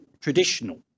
traditional